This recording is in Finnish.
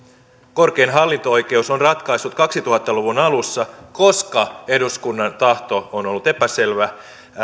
korkein hallinto oikeus on ratkaissut kaksituhatta luvun alussa koska eduskunnan tahto on ollut epäselvä että